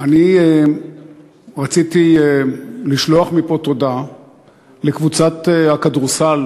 אני רציתי לשלוח מפה תודה לקבוצת הכדורסל